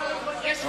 אני מבקש,